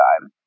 time